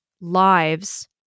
lives